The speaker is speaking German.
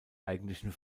eigentlichen